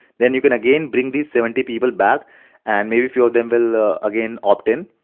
then you can again bring these seventy people back and maybe few of them will ah again, opt in.